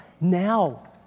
now